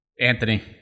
Anthony